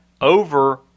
over